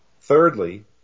Thirdly